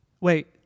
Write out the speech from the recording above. Wait